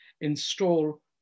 install